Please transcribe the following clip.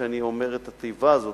כשאני אומר את התיבה הזאת,